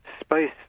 space